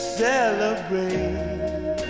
celebrate